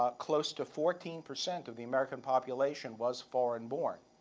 ah close to fourteen percent of the american population was foreign born.